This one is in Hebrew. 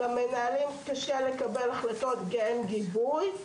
למנהלים קשה לקבל החלטות כי אין גיבוי.